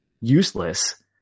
useless